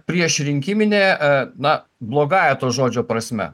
priešrinkiminė e na blogąja to žodžio prasme